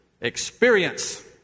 experience